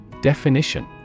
Definition